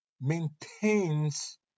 maintains